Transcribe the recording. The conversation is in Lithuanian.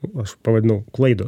o aš pavadinau klaidos